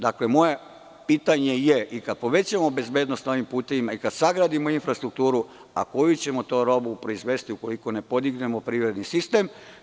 Dakle, moje pitanje je - i kada povećamo bezbednost na ovim putevima, i kada sagradimo infrastrukturu, koju ćemo to robu proizvesti, ukoliko ne podignemo prirodni sistem?